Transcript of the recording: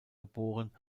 geboren